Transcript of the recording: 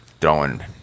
throwing